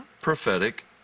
Prophetic